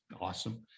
awesome